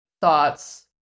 thoughts